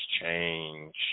change